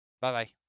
Bye-bye